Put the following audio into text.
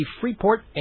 Freeport